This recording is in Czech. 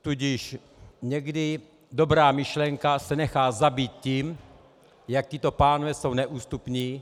Tudíž někdy dobrá myšlenka se nechá zabít tím, jak tito pánové jsou neústupní.